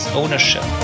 ownership